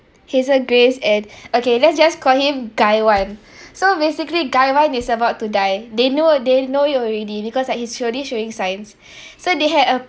hazel grace and okay let's just call him guy one so basically guy one is about to die they know they know you already because like he's slowly showing signs so they had a